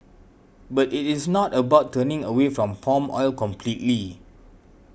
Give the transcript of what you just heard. but it is not about turning away from palm oil completely